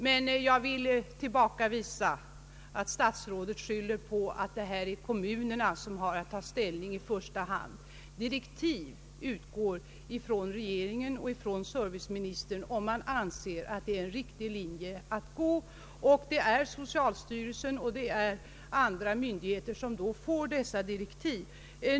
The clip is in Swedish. Men jag vill reagera när statsrådet skyller på att det är kommunerna som har att ta ställning i första hand. Direktiv och rekommendationer utgår från regeringen och från serviceministern, om man anser att det är en Om statlig utbildning av psykoterapeuter riktig linje att följa, och det är socialstyrelsen och andra myndigheter som då får dessa.